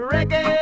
Reggae